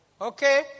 Okay